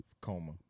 Coma